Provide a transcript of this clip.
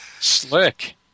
Slick